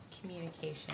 communication